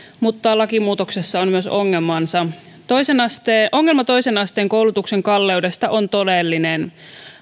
mutta lakimuutoksessa on myös ongelmansa ongelma toisen asteen koulutuksen kalleudesta on todellinen